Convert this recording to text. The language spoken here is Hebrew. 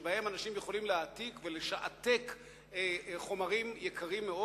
שבהם אנשים יכולים להעתיק ולשעתק חומרים יקרים מאוד